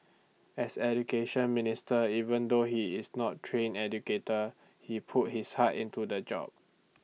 as Education Minister even though he is not trained educator he put his heart into the job